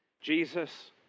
Jesus